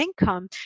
income